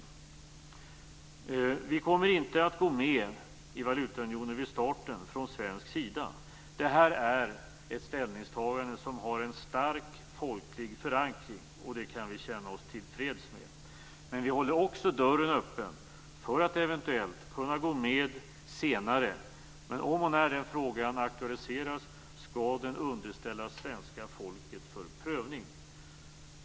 Från svensk sida kommer vi inte att gå med i valutaunionen från starten. Det är ett ställningstagande som har en stark folklig förankring, och det kan vi känna oss till freds med. Vi håller också dörren öppen för att eventuellt kunna gå med senare. Men om och när den frågan aktualiseras, skall den underställas svenska folket för prövning.